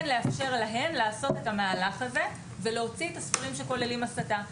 לאפשר להם לעשות את המהלך הזה ולהוציא את הספרים שכוללים הסתה.